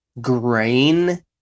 grain